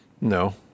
No